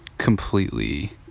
completely